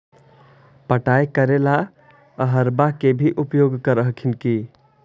पटाय करे ला अहर्बा के भी उपयोग कर हखिन की?